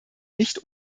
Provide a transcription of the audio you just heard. nicht